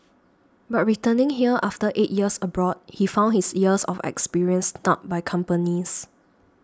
but returning here after eight years abroad he found his years of experience snubbed by companies